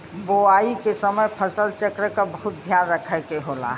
बोवाई के समय फसल चक्र क बहुत ध्यान रखे के होला